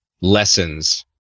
lessons